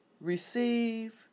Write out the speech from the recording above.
Receive